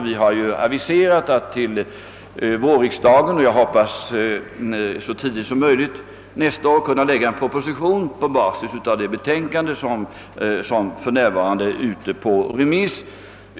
Det har också aviserats att vid vårriksdagen — och jag hoppas så tidigt som möjligt nästa år — skall läggas fram en proposition på basis av det betänkande som för närvarande är ute på remiss.